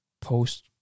post